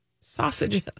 sausages